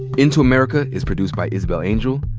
into america is produced by isabel angel,